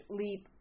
leap